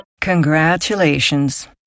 Congratulations